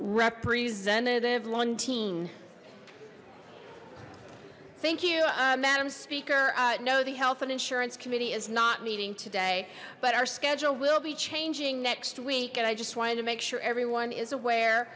representative lundin thank you madam speaker know the health and insurance committee is not meeting today but our schedule will be changing next week and i just wanted to make sure everyone is aware